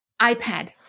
iPad